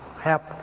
help